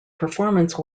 performance